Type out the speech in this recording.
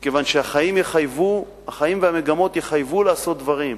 מכיוון שהחיים והמגמות יחייבו לעשות דברים,